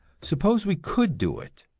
suppose we could do it,